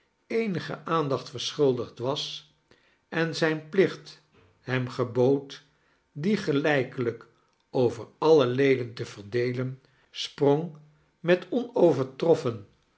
eenige aandacht verschuldigd was en zijn plicht hem gebood die gelijkelijk over alle leden te veirdeelen sprong met onovertroffen